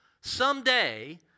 Someday